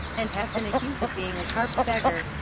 and has been accused of being a carpetbagger.